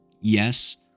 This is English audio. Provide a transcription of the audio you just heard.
yes